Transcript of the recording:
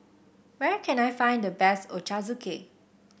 where can I find the best Ochazuke